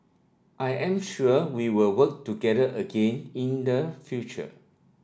I am sure we will work together again in the future